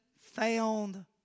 found